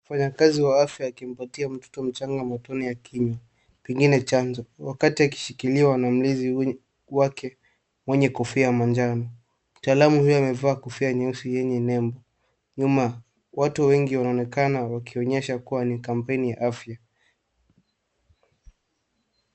Mfanyakazi wa kiafya akimpatia mtoto mchanga motoni ya kinywa, pengine chanjo wakati akishikiliwa na mlezi wake mwenye kofia ya manjano. Mtaalamu huyo amevaa kofia nyeusi yenye nembo nyuma. Watu wengi wanaonekana wakionyesha kuwa ni kampeni ya afya.